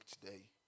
today